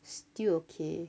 still okay